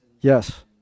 yes